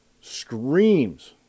screams